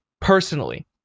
personally